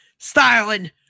Styling